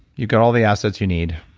you've got all the assets you need.